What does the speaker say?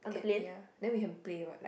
kept it here then we have to play what like